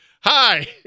Hi